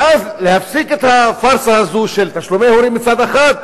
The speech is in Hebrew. ואז להפסיק את הפארסה הזאת של תשלומי הורים מצד אחד,